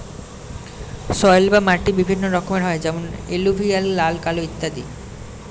soil বা মাটি বিভিন্ন রকমের হয় যেমন এলুভিয়াল, লাল, কালো ইত্যাদি